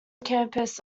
campus